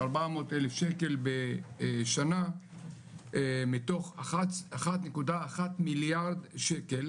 400 אלף שקל בשנה מתוך 1,1000,000 שקל